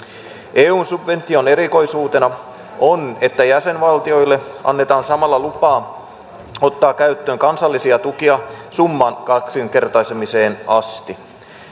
eun subvention erikoisuutena on että jäsenvaltioille annetaan samalla lupa ottaa käyttöön kansallisia tukia summan kaksinkertaistamiseen asti